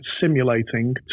simulating